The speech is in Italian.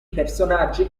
personaggi